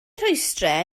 rhwystrau